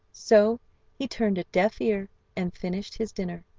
so he turned a deaf ear and finished his dinner.